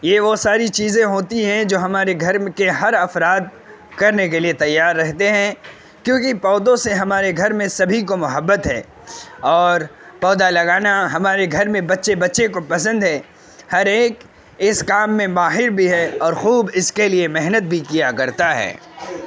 یہ وہ ساری چیزیں ہوتی ہیں جو ہمارے گھر کے ہر افراد کرنے کے لیے تیار رہتے ہیں کیونکہ پودوں سے ہمارے گھر میں سبھی کو محبت ہے اور پودا لگانا ہمارے گھر میں بچے بچے کو پسند ہے ہر ایک اس کام میں ماہر بھی ہے اور خوب اس کے لیے محنت بھی کیا کرتا ہے